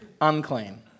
unclean